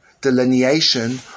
delineation